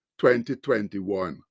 2021